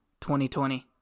2020